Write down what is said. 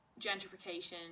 gentrification